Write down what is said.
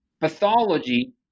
pathology